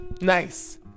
nice